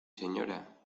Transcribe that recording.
señora